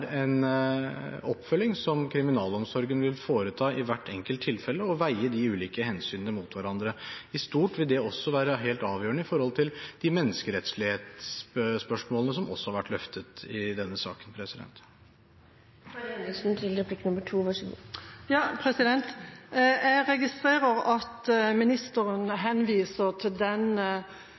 en oppfølging som kriminalomsorgen vil foreta i hvert enkelt tilfelle og veie de ulike hensynene mot hverandre. I stort vil det også være helt avgjørende i forhold til de spørsmålene om menneskerettigheter som også har vært løftet i denne saken. Jeg registrerer at ministeren henviser til den målgruppediskusjonen som pågår både i proposisjonen og også så vidt i innstillinga. Jeg registrerer også at